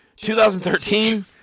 2013